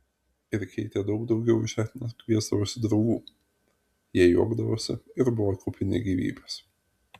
ir keitė daug daugiau už etną kviesdavosi draugų jie juokdavosi ir buvo kupini gyvybės